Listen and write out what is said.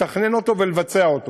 לתכנן אותו ולבצע אותו,